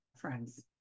Friends